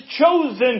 chosen